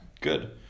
Good